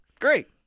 Great